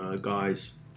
Guys